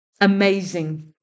amazing